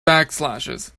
backslashes